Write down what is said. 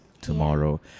tomorrow